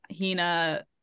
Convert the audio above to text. Hina